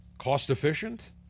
cost-efficient